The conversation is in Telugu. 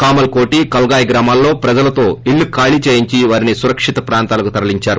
కామల్ కోటీ కల్గాయి గ్రామాల్లో ప్రజలితో ఇళ్లు ఖాళీ చేయించి వారిని సురక్షిత ప్రాంతాలకు తరలించారు